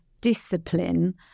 discipline